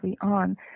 on